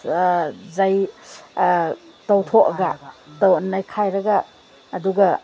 ꯇꯧꯊꯣꯛꯂꯒ ꯅꯩꯈꯥꯏꯔꯒ ꯑꯗꯨꯒ